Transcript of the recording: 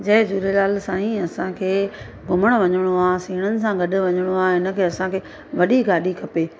जय झूलेलाल साईं असांखे घुमणु वञिणो आहे सेणनि सां गॾु वञिणो आहे हिन करे असांखे वॾी गाॾी खपे